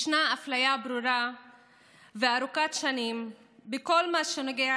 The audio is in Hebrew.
ישנה אפליה ברורה וארוכת שנים בכל מה שנוגע